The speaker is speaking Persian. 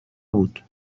بود